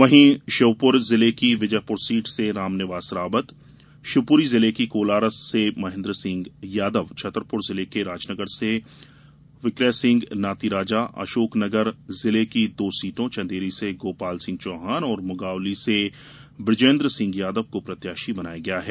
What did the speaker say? वहीं श्योपुर जिले की विजयपुर सीट से रामनिवास रावत शिवपुरी जिले की कोलारस महेन्द्र सिंह यादव छतरपुर जिले के राजनगर से विकम सिंह नातीराजा अशोकनगर जिले की दो सीटों चंदेरी से गोपाल सिंह चौहान और मंगावली से बुजेन्द्र सिंह यादव को प्रत्याशी बनाया गया है